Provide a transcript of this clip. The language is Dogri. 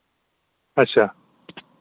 अच्छा